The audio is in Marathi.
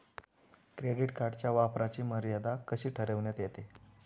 क्रेडिट कार्डच्या वापराची मर्यादा कशी ठरविण्यात येते?